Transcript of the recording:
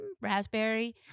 raspberry